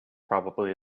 probably